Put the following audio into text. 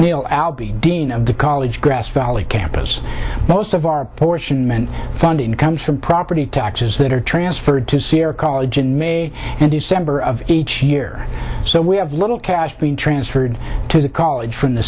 we'll al be dean of the college grass valley campus most of our portion funding comes from property taxes that are transferred to sierra college in may and december of each year so we have little cash being transferred to the college from the